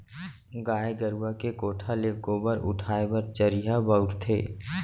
गाय गरूवा के कोठा ले गोबर उठाय बर चरिहा बउरथे